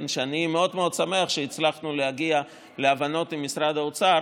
שאני מאוד מאוד שמח שהצלחנו להגיע להבנות עם משרד האוצר